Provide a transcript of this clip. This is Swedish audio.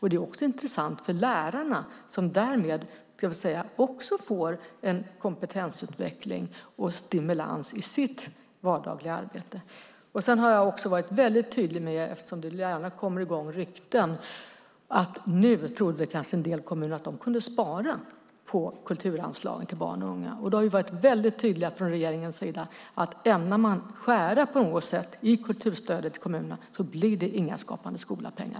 Det är också intressant för lärarna, som därmed även de får kompetensutveckling och stimulans i sitt vardagliga arbete. Sedan har jag varit väldigt tydlig med en sak, eftersom det gärna kommer i gång rykten: En del kommuner trodde kanske att de nu kunde spara på kulturanslagen till barn och unga, men där har regeringen varit väldigt tydlig och sagt att ämnar man i kommunerna skära på något sätt i kulturstödet blir det heller inga Skapande skola-pengar.